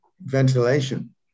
ventilation